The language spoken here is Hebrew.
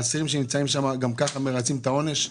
האסירים שנמצאים שם גם כך מרצים את העונש,